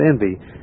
envy